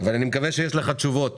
אבל אני מקווה שיש לך תשובות,